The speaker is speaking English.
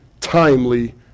timely